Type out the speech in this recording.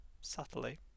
subtly